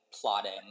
plotting